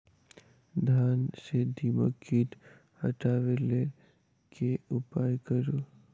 धान सँ दीमक कीट हटाबै लेल केँ उपाय करु?